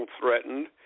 threatened